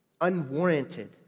Unwarranted